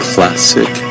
Classic